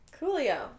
Coolio